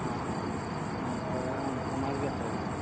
हां हां मग आमचा माल घेता का नाही